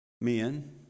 men